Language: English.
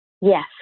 Yes